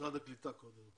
משרד הקליטה קודם.